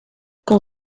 com